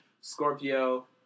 Scorpio